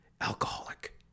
alcoholic